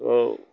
আৰু